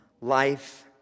life